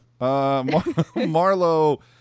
Marlo